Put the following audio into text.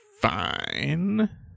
fine